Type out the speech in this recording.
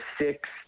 six